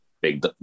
big